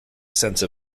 sense